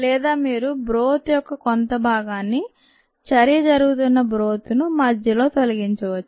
లేదా మీరు బ్రోత్ యొక్క కొంత భాగాన్ని చర్య జరుగుతున్న బ్రోత్ ను మధ్యలో తొలగించవచ్చు